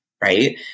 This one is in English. Right